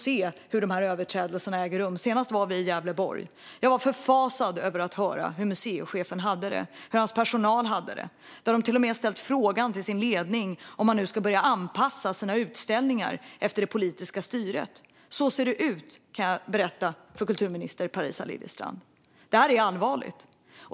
Senast såg jag det i Gävleborg, och jag förfasades över hur museichefen och hans personal hade det. De hade till och med ställt frågan till ledningen om de skulle börja anpassa utställningarna efter det politiska styret. Så ser det ut, kulturminister Parisa Liljestrand, och det är allvarligt.